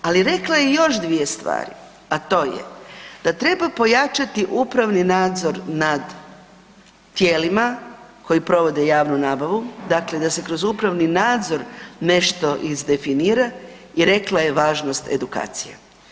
Ali rekla je još dvije stvari, a to je da treba pojačati upravni nadzor nad tijelima koji provode javnu nabavu, dakle da se kroz upravni nadzor nešto izdefinira i rekla je važnost edukacije.